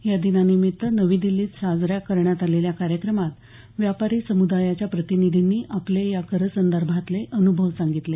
या दिनानिमित्त नवी दिल्लीत साजऱ्या करण्यात आलेल्या कार्यक्रमात व्यापारी समुदायाच्या प्रतिनिधींनी आपले या करासंदर्भातले अनुभव सांगितले